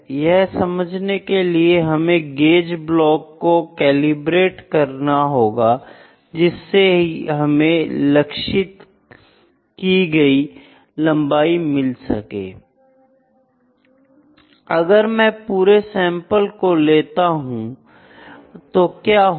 यह समझने के लिए हमें गेज ब्लॉक को कैलिब्रेट करना होगा जिससे हमें लक्षित की गई लंबाई मिल सके I अगर मैं पूरे सैंपल को लेता हूं तो क्या होगा